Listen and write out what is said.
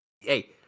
Hey